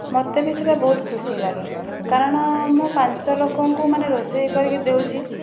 ମୋତେ ବି ସେଇଟା ବହୁତ ଖୁସି ଲାଗେ କାରଣ ମୁଁ ପାଞ୍ଚ ଲୋକଙ୍କୁ ମାନେ ରୋଷେଇ କରିକି ଦେଉଛି